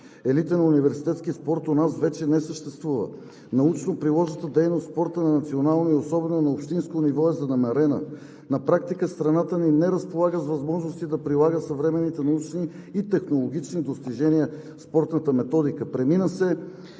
Елитът на университетския спорт у нас вече не съществува. Научно приложната дейност в спорта на национално и особено на общинско ниво е занемарена. На практика страната ни не разполага с възможности да прилага съвременните научни и технологични достижения в спортната методика.